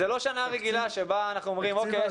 זה לא שנה רגילה שבה אנחנו אומרים: אוקיי,